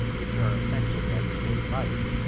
which are essential to everyday life.